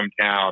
hometown